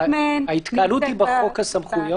ההתקהלות היא בחוק הסמכויות.